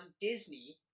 Disney